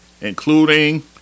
including